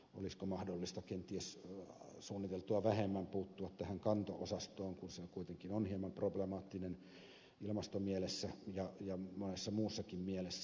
olisiko mahdollista kenties suunniteltua vähemmän puuttua tähän kanto osastoon kun se kuitenkin on hieman problemaattinen ilmastomielessä ja monessa muussakin mielessä